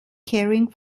caring